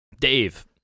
Dave